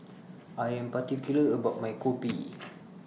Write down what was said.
I Am particular about My Kopi